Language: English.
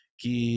que